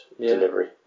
delivery